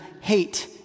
hate